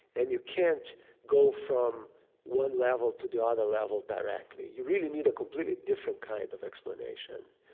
and you can't go from one level to the other level directly. you really need a completely different kind of explanation.